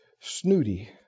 Snooty